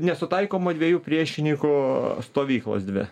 nesutaikoma dviejų priešininkų stovyklos dvi